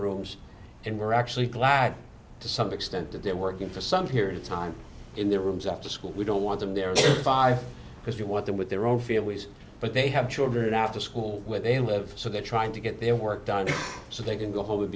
rooms and we're actually glad to some extent that they're working for some period of time in their rooms after school we don't want them there five because you want them with their own feelings but they have children after school with a live so they're trying to get their work done so they can go home